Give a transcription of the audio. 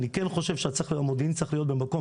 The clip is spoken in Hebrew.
אני כן חושב שהמודיעין צריך להיות במקום